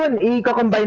um the government,